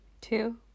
two